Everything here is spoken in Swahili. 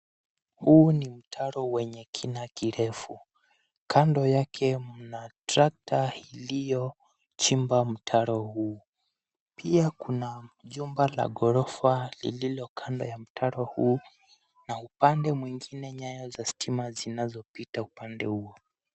Huu ni mtaro wenye kina kirefu, kando yake mna trekta iliyochimba mtaro huu. Pia kuna chumba la gorofa lililokando ya mtaro huu na upande mwingine nyaya za stima zinazopita upande huo.